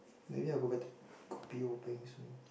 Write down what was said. maybe I'll go back to kopi O peng soon